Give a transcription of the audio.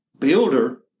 builder